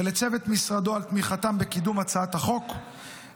ולצוות משרדו על תמיכתם בקידום הצעת החוק,